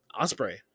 Osprey